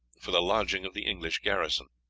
for the lodging of the english garrison.